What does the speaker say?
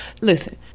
Listen